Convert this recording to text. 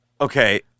Okay